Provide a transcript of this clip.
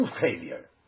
failure